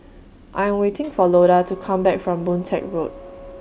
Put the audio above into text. I'm waiting For Loda to Come Back from Boon Teck Road